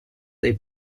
dei